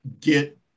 get